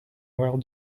while